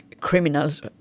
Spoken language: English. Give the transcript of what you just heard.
criminals